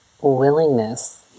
willingness